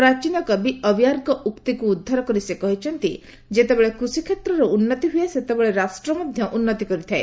ପ୍ରାଚୀନ କବି ଅବୟାର୍କ ଉକ୍ତିକୁ ଉଦ୍ଧାର କରି ସେ କହିଛନ୍ତି ଯେତେବେଳେ କୁଷିକ୍ଷେତ୍ରର ଉନ୍ନତି ହୁଏ ସେତେବେଳେ ରାଷ୍ଟ୍ର ମଧ୍ୟ ଉନ୍ନତି କରିଥାଏ